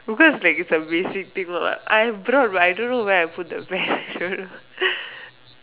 because like it's a basic thing what I brought but I don't know where I put the pen I don't know